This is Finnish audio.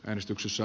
äänestyksessä